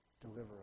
Deliver